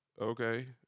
okay